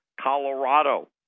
Colorado